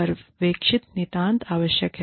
पर्यवेक्षण नितांत आवश्यक है